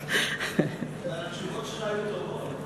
אבל התשובות שלך היו טובות.